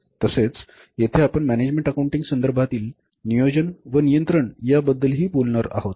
तसेच येथे आपण मॅनॅजमेण्ट अकाऊंटिंग संदर्भातील नियोजन व नियंत्रण या बद्दल हि बोलणार आहोत